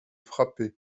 frapper